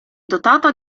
dotata